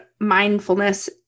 Mindfulness